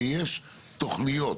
ויש תוכניות